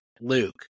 Luke